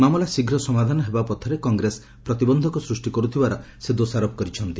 ମାମଲା ଶୀଘ୍ର ସମାଧାନ ହେବା ପଥରେ କଂଗ୍ରେସ ପ୍ରତିବନ୍ଧକ ସୃଷ୍ଟି କରୁଥିବାର ସେ ଦୋଷାରୋପ କରିଛନ୍ତି